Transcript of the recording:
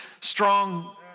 strong